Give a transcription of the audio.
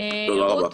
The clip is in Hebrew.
תודה רבה.